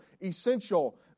essential